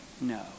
No